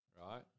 Right